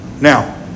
Now